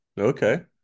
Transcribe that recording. Okay